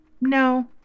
no